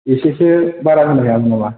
एसेसो बारा होनो हानाय नङा